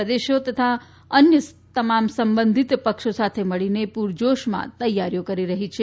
પ્રદેશો અને અન્ય તમામ સંબંધિત પક્ષો સાથે મળીને પુરજોશમાં તૈયારીઓ કરી રહી છે